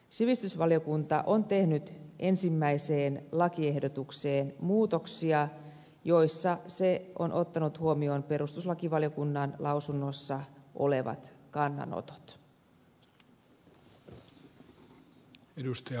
sivistysvaliokunta on tehnyt ensimmäiseen lakiehdotukseen muutoksia joissa se on ottanut huomioon perustuslakivaliokunnan lausunnossa olevat kannanotot